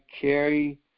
carry